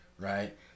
right